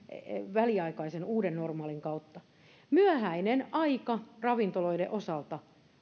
väliaikaisen uuden normaalin kautta myöhäinen aika ravintoloiden osalta